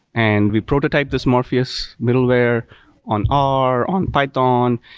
and we prototype this morpheus middleware on r, on python.